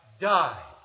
died